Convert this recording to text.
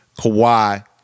Kawhi